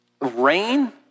rain